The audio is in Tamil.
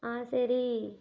ஆ சரி